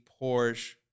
porsche